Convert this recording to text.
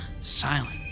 silent